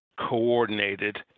Coordinated